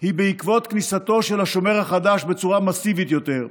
היא בעקבות כניסתו של השומר החדש בצורה מסיבית יותר,